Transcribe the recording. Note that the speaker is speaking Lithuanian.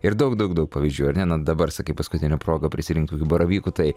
ir daug daug daug pavyzdžių ar ne na dabar sakai paskutinė proga prisirinkt baravykų tai